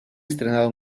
estrenado